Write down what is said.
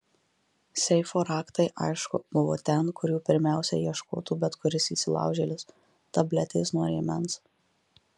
seifo raktai aišku buvo ten kur jų pirmiausia ieškotų bet kuris įsilaužėlis tabletės nuo rėmens